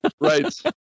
Right